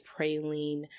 praline